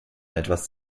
etwas